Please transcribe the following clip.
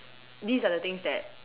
these are the things that